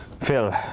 Phil